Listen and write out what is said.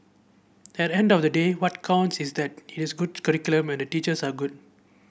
at the end of the day what counts is that it is a good curriculum and the teachers are good